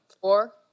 four